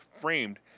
framed